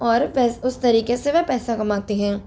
और वह उस तरीके से वह पैसा कमाते हैं